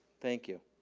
thank you.